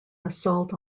assault